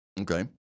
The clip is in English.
Okay